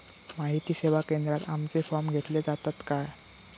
माहिती सेवा केंद्रात आमचे फॉर्म घेतले जातात काय?